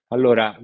Allora